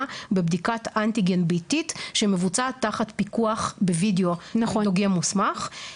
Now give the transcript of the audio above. בבדיקת אנטיגן ביתית שמבוצעת תחת פיקוח בווידאו עם דוגם מוסמך.